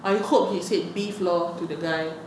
I hope he said beef lor to the guy